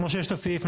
כמו שיש את הסעיף,